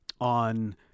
on